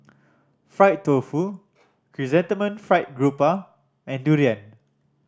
fried tofu Chrysanthemum Fried Garoupa and durian